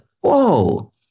whoa